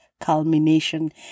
culmination